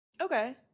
Okay